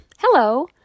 hello